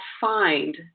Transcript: find